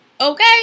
Okay